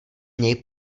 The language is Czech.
něj